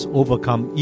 overcome